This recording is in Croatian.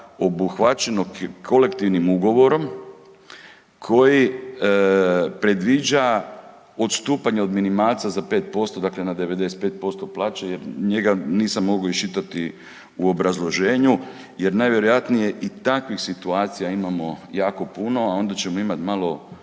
obuhvaćeno kolektivnim ugovorom koji predviđa odstupanje od minimalca za 5%, dakle na 95% plaće jer njega nisam mogao iščitati u obrazloženju jer najvjerojatnije i takvih situacija imamo jako puno, a onda ćemo imat malo,